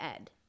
ed